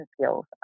skills